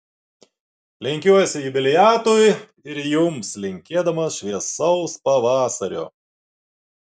lenkiuosi jubiliatui ir jums linkėdamas šviesaus pavasario